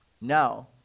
now